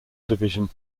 division